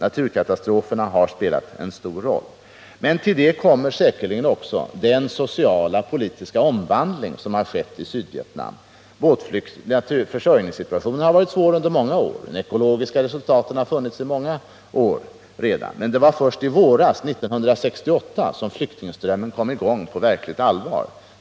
Naturkatastroferna har spelat en stor roll. Men till det kommer säkerligen också den sociala och politiska omvandling som skett i Sydvietnam. Försörjningssituationen har varit svår under många år. De ekologiska resultaten har också funnits under många år. Men det var först i våras, 1978, som flyktingströmmen kom i gång på verkligt allvar.